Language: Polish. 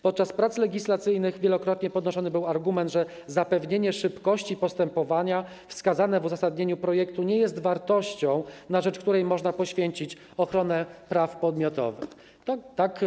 Podczas prac legislacyjnych wielokrotnie podnoszony był argument, że zapewnienie szybkości postępowania wskazane w uzasadnieniu projektu nie jest wartością, na rzecz której można poświęcić ochronę praw podmiotowych.